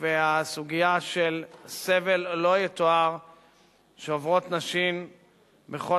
והסוגיה של סבל לא יתואר שעוברות נשים בכל